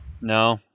No